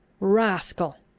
rascal!